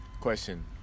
Question